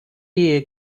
ehe